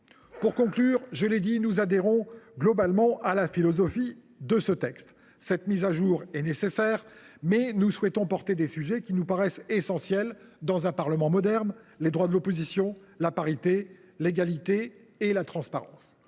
Pour conclure, je confirme que nous adhérons globalement à la philosophie de ce texte. Cette mise à jour est nécessaire, mais nous souhaitons mettre l’accent sur des sujets qui nous paraissent essentiels dans un parlement moderne : les droits de l’opposition, la parité, l’égalité et la transparence.